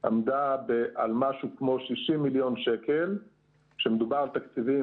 עמדה על משהו כמו 60 מיליון שקל כשמדובר על תקציבים